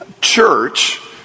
church